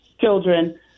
children